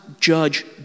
judge